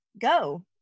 go